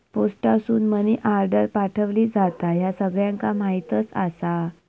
पोस्टासून money order पाठवली जाता, ह्या सगळ्यांका माहीतच आसा